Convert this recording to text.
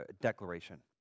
declaration